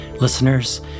Listeners